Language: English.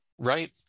right